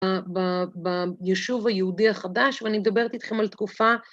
בישוב היהודי החדש, ואני מדברת איתכם על תקופה...